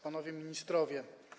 Panowie Ministrowie!